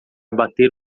bater